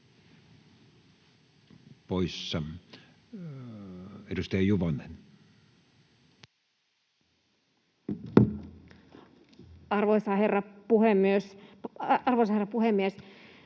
Kiitos. Edustaja Autto. Arvoisa herra puhemies!